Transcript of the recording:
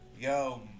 Yo